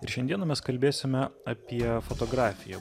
ir šiandieną mes kalbėsime apie fotografiją